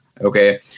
Okay